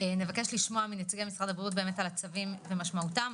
נבקש לשמוע מנציגי משרד הבריאות על הצווים ועל משמעותם,